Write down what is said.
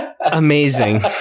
Amazing